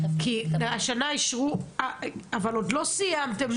כי השנה אישרו, אבל עוד לא סיימתם?